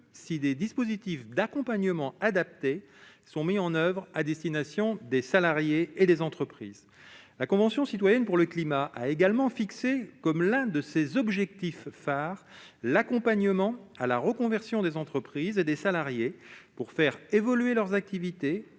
si des dispositifs d'accompagnement adaptés sont mis en oeuvre à destination des salariés et des entreprises, la Convention citoyenne pour le climat a également fixé comme l'un de ses objectifs phares: l'accompagnement à la reconversion des entreprises et des salariés pour faire évoluer leurs activités,